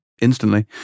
instantly